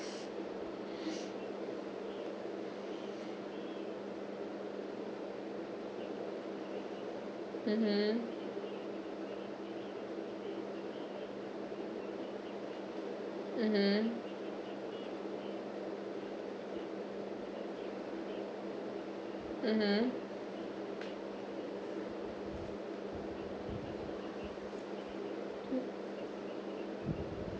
mmhmm mmhmm mmhmm